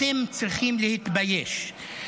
אתם צריכים להתבייש.